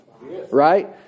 Right